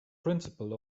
principle